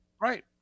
Right